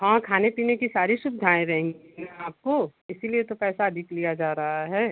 हाँ खाने पीने की सारी सुविधाएँ रहेंगी ना आपको इसीलिए तो पैसा अधिक लिया जा रहा है